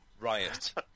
riot